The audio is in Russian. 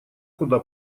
куда